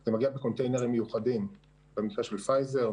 זה מגיע בקונטיינרים מיוחדים במקרה של "פייזר",